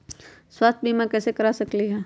स्वाथ्य बीमा कैसे करा सकीले है?